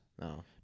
No